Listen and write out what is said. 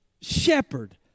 shepherd